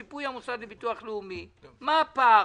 שיפוי המוסד לביטוח לאומי מה הפער.